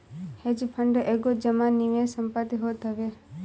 hedge fund एगो जमा निवेश संपत्ति होत हवे